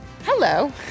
Hello